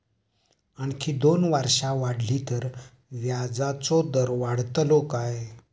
आणखी दोन वर्षा वाढली तर व्याजाचो दर वाढतलो काय?